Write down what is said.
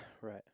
Right